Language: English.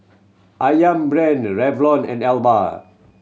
Ayam Brand Revlon and Alba